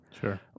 Sure